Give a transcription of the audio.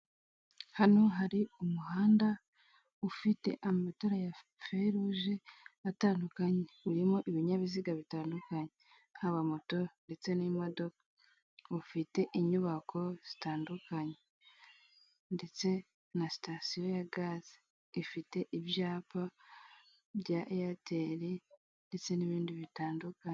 Hano hari umuhanda ufite amatara ya feruje atandukanye, urimo ibinyabiziga bitandukanye haba moto ndetse n'imodoka, ufite inyubako zitandukanye ndetse na sitasiyo ya gaze ifite ibyapa bya eyeteri ndetse n'ibindi bitandukanye.